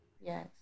yes